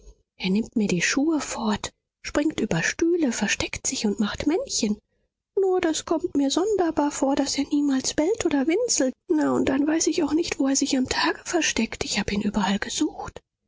er nimmt mir die schuhe fort springt über stühle versteckt sich und macht männchen nur das kommt mir sonderbar vor daß er niemals bellt oder winselt na und dann weiß ich auch nicht wo er sich am tage versteckt ich habe ihn überall gesucht